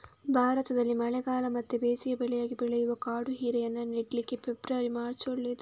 ಭಾರತದಲ್ಲಿ ಮಳೆಗಾಲ ಮತ್ತೆ ಬೇಸಿಗೆ ಬೆಳೆಯಾಗಿ ಬೆಳೆಯುವ ಕಾಡು ಹೀರೆಯನ್ನ ನೆಡ್ಲಿಕ್ಕೆ ಫೆಬ್ರವರಿ, ಮಾರ್ಚ್ ಒಳ್ಳೇದು